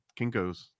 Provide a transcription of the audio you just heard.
kinkos